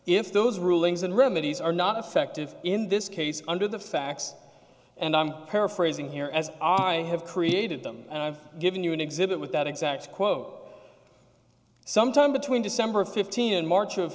if those rulings and remedies are not effective in this case under the facts and i'm paraphrasing here as i have created them and i've given you an exhibit with that exact quote sometime between december fifteenth and march of